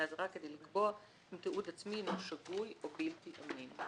זרה כדי לקבוע אם תיעוד עצמי הינו שגוי או בלתי אמין.